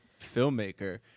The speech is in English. filmmaker